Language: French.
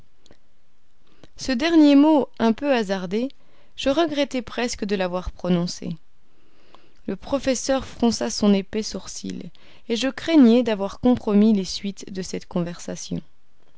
ce dernier mot un peu hasardé je regrettai presque de l'avoir prononcé le professeur fronça son épais sourcil et je craignais d'avoir compromis les suites de cette conversation